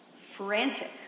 Frantic